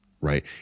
right